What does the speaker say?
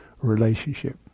relationship